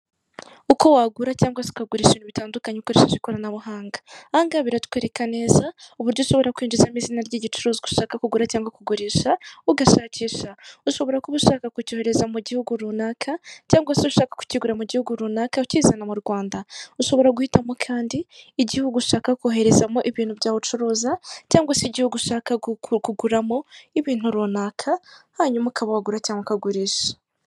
Uko wagura cyangwa se ukagurisha ibintu bitandukanye ukoresheje ikoranabuhanga. Ahangaha batwereka neza uburyo ushobora kwinjizamo izina ry'igicuruzwa ushaka kugura cyangwa kugurisha ugashakisha, ushobora kuba ushaka kucyohereza mu gihugu runaka cyangwa ushaka kucyigura mu gihugu runaka ukizana mu Rwanda, ushobora guhitamo kandi igihugu ushaka koherezamo ibintu byawe ucuruza cyangwa se igihugu ushaka kuguramo ibintu runaka; hanyuma ukaba wagura cyangwa ukagurisha.